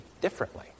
differently